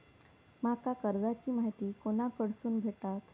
माका कर्जाची माहिती कोणाकडसून भेटात?